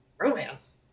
romance